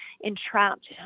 entrapped